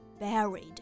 Buried